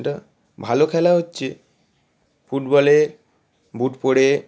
এটা ভালো খেলা হচ্ছে ফুটবলে বুট পরে